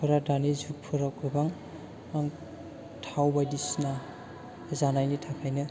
फोरा दानि जुगफोराव गोबां थाव बायदिसिना जानायनि थाखायनो